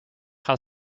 gaan